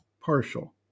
partial